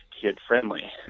kid-friendly